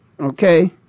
Okay